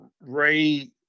Ray